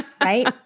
right